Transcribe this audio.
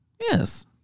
Yes